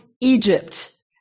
Egypt